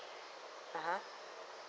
(uh huh)